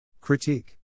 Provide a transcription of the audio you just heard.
Critique